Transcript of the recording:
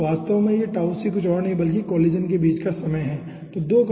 तो वास्तव में यह कुछ और नहीं बल्कि कोलिजन के बीच का समय है ठीक है